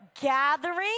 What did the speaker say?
gathering